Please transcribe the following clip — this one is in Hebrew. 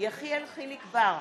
יחיאל חיליק בר,